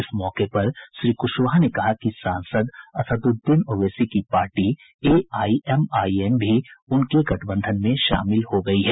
इस मौके पर श्री कुशवाहा ने कहा कि सांसद असद्रद्दीन ओवैसी की पार्टी एआईएमआईएम भी उनके गठबंधन में शामिल हो गई है